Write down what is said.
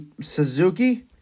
Suzuki